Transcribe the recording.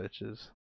bitches